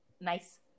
nice